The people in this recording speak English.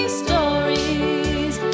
stories